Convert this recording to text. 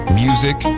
music